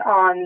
on